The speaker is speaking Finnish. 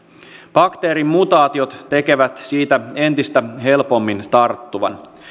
bakteerin mutaatiot tekevät siitä entistä helpommin tarttuvan